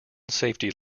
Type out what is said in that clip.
safety